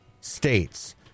states